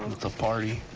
that's a party.